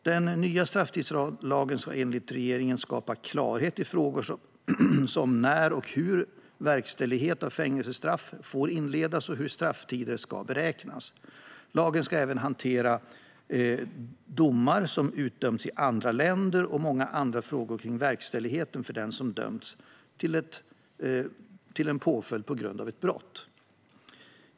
Den nya strafftidslagen ska enligt regeringen skapa klarhet i frågor som när och hur verkställighet av fängelsestraff får inledas och hur strafftiden ska beräknas. Lagen ska även hantera domar som utdömts i andra länder och många andra frågor kring verkställigheten för dem som dömts till påföljd på grund av brott.